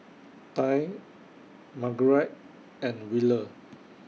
Tye Margurite and Wheeler